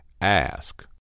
Ask